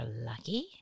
lucky